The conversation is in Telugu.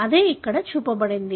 అదే ఇక్కడ చూపబడింది